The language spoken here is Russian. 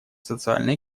социально